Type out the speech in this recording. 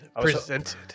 Presented